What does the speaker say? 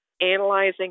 analyzing